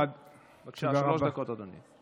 בבקשה, שלוש דקות, אדוני.